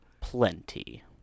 plenty